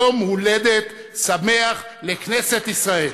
יום הולדת שמח לכנסת ישראל.